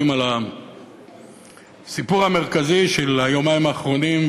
על הסיפור המרכזי של היומיים האחרונים,